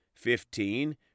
Fifteen